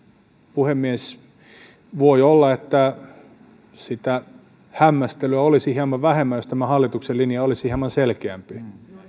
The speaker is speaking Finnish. puhemies voi olla että sitä hämmästelyä olisi hieman vähemmän jos tämä hallituksen linja olisi hieman selkeämpi